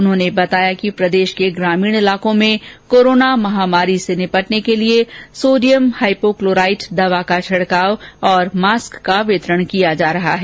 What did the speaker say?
उन्होंने बताया कि प्रदेश के ग्रामीण क्षेत्रों में कोरोना महामारी से निपटने के लिए सोडियम हाइपोक्लोराइट दवा का छिड़काव और मास्क का वितरण किया जा रहा है